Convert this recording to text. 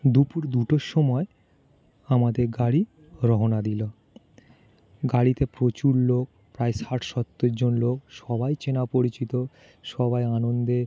দুপুর দুটোর সময় আমাদের গাড়ি রওনা দিলো গাড়িতে প্রচুর লোক প্রায় ষাট সত্তরজন লোক সবাই চেনা পরিচিত সবাই আনন্দে